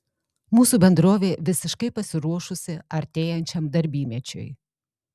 mūsų bendrovė visiškai pasiruošusi artėjančiam darbymečiui